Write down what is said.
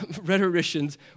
Rhetoricians